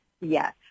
yes